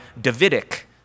Davidic